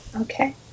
Okay